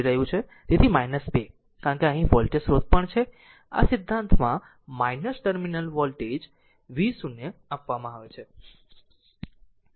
તેથી 2 કારણ કે અહીં વોલ્ટેજ સ્રોત પણ છે આ સિદ્ધાંતમાં ટર્મિનલ વોલ્ટેજ v0 આપવામાં આવે છે